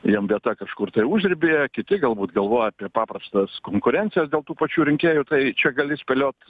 jiem vieta kažkur užribyje kiti galbūt galvoja apie paprastas konkurencijas dėl tų pačių rinkėjų tai čia gali spėliot